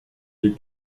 les